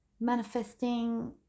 manifesting